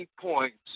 points